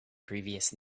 previous